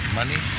money